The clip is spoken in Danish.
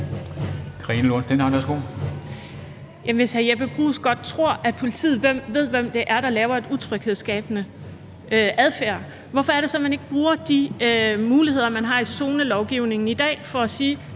Lorentzen Dehnhardt (SF): Jamen hvis hr. Jeppe Bruus tror, at politiet godt ved, hvem det er, der har en utryghedsskabende adfærd, hvorfor er det så, at man ikke bruger de muligheder, man har i zonelovgivningen i dag, for at sige: